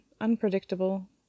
unpredictable